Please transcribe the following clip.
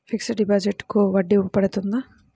Fixed డిపాజిట్లకు వడ్డీ పడుతుందా?